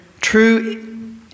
true